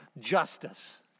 Justice